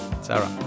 Sarah